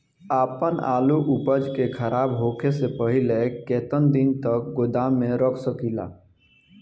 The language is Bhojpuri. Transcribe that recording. आपन आलू उपज के खराब होखे से पहिले केतन दिन तक गोदाम में रख सकिला?